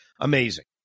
Amazing